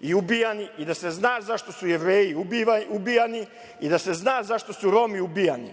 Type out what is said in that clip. i ubijani i da se zna zašto su Jevreji ubijani i da se zna zašto su Romi ubijani,